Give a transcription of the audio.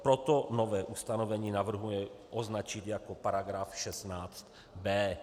Proto nové ustanovení navrhuje označit jako § 16b.